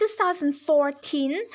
2014